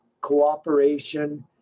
cooperation